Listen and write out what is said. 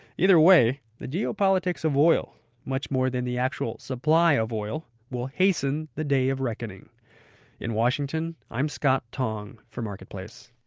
either way, the geopolitics of oil much more than the actual supply of oil will hasten the day of reckoning in washington, i'm scott tong for marketplace